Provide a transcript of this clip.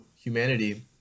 humanity